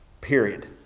Period